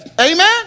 Amen